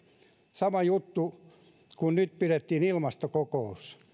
sama juttu kun nyt pidettiin ilmastokokous